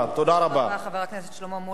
תודה רבה, חבר הכנסת שלמה מולה.